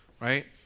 Right